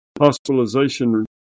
hospitalization